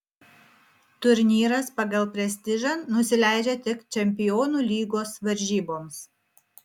turnyras pagal prestižą nusileidžia tik čempionų lygos varžyboms